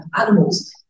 animals